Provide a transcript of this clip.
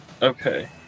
Okay